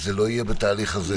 זה לא יהיה בתהליך הזה.